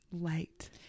light